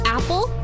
Apple